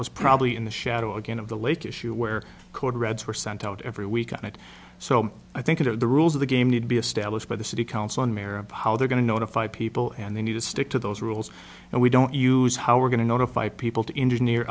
was probably in the shadow again of the lake issue where cord reds were sent out every week and so i think you know the rules of the game need to be established by the city council and mayor of how they're going to notify people and they need to stick to those rules and we don't use how we're going to notify people to engineer